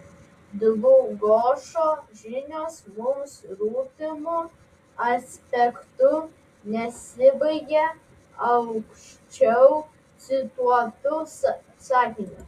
dlugošo žinios mums rūpimu aspektu nesibaigia aukščiau cituotu sakiniu